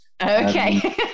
Okay